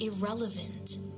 irrelevant